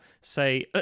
say